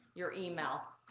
your email.